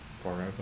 forever